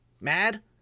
mad